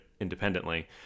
independently